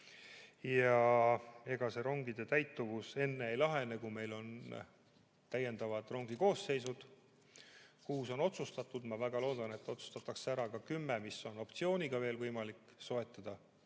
Ega see rongide täitumuse probleem enne ei lahene, kui meil on täiendavad rongikoosseisud. Kuus rongi on otsustatud, ma väga loodan, et otsustatakse ära ka kümme, mis on optsiooniga veel võimalik soetada.